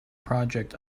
project